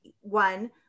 one